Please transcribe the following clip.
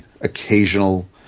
occasional